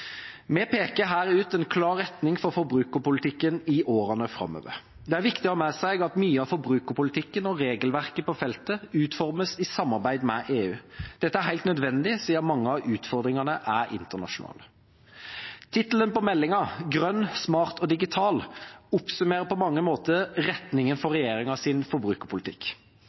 Vi peker her ut en klar retning for forbrukerpolitikken i årene framover. Det er viktig å ha med seg at mye av forbrukerpolitikken og regelverket på feltet utformes i samarbeid med EU. Dette er helt nødvendig siden mange av utfordringene er internasjonale. Tittelen på meldinga, «Framtidas forbrukar – grøn, smart og digital», oppsummerer på mange måter retningen for regjeringas forbrukerpolitikk.